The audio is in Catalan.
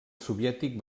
soviètic